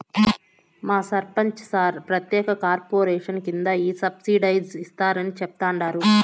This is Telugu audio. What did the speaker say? మా సర్పంచ్ సార్ ప్రత్యేక కార్పొరేషన్ కింద ఈ సబ్సిడైజ్డ్ ఇస్తారని చెప్తండారు